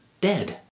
dead